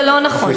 זה לא נכון.